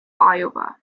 iowa